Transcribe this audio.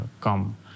come